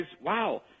wow